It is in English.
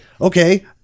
okay